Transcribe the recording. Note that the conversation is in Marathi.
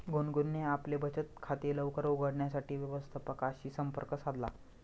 गुनगुनने आपले बचत खाते लवकर उघडण्यासाठी व्यवस्थापकाशी संपर्क साधला